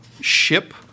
ship